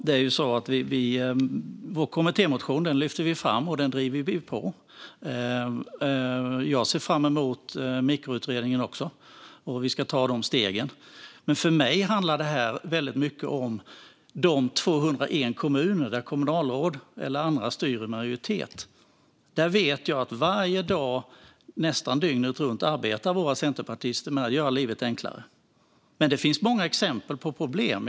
Fru talman! Vår kommittémotion lyfter vi fram, och den driver vi på. Jag ser fram emot mikroutredningen också och att vi ska ta de stegen. Men för mig handlar det här mycket om de 201 kommuner där kommunalråd eller andra styr i majoritet. Där vet jag att varje dag, nästan dygnet runt, arbetar våra centerpartister med att göra livet enklare. Men det finns många exempel på problem.